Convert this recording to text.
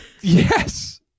Yes